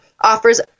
offers